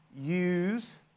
use